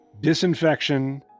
disinfection